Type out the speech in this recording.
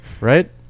Right